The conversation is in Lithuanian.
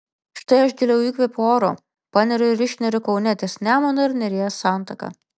štai aš giliau įkvepiu oro paneriu ir išneriu kaune ties nemuno ir neries santaka